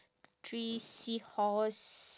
three seahorse